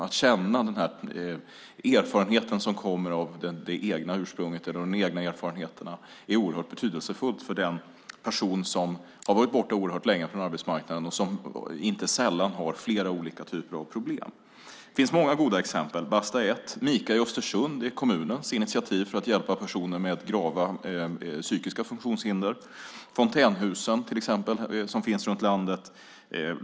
Det handlar om att känna den erfarenhet som kommer av det egna ursprunget. De egna erfarenheterna är oerhört betydelsefulla för den person som länge varit borta från arbetsmarknaden och inte sällan har flera olika typer av problem. Det finns många goda exempel. Basta är ett sådant. Mica i Östersund är kommunens initiativ för att hjälpa personer med grava psykiska funktionshinder. Fontänhusen finns runt om i landet.